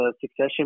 succession